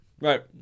right